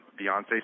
Beyonce